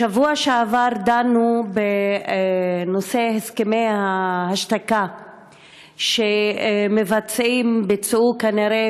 בשבוע שעבר דנו בנושא הסכמי ההשתקה שמבצעים ביצעו כנראה,